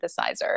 synthesizer